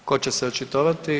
Tko će se očitovati?